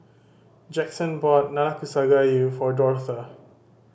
Jackson bought Nanakusa Gayu for Dortha